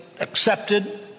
accepted